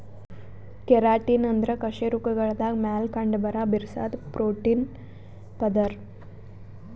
keratin ಅಂದ್ರ ಕಶೇರುಕಗಳ್ದಾಗ ಮ್ಯಾಲ್ ಕಂಡಬರಾ ಬಿರ್ಸಾದ್ ಪ್ರೋಟೀನ್ ಪದರ್